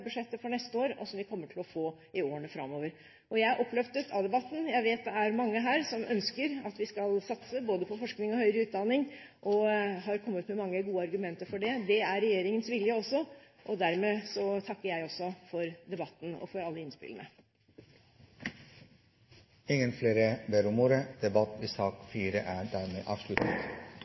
budsjettet for neste år, og som vi kommer til å få i årene framover. Jeg er oppløftet av debatten. Jeg vet at det er mange her som ønsker at vi skal satse på både forskning og høyere utdanning, og som har kommet med mange gode argumenter for det. Det er regjeringens vilje også. Dermed takker jeg også for debatten og for alle innspillene. Flere har ikke bedt om ordet til sak